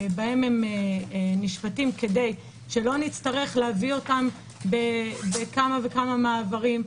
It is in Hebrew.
שבהם הם נשפטים כדי שלא נצטרך להעביר אתם בכמה מעברים.